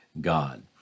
God